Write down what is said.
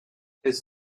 his